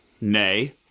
Nay